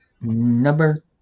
Number